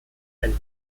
ein